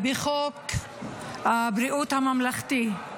בחוק הבריאות הממלכתי.